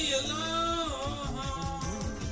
alone